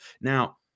Now